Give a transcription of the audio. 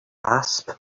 grasp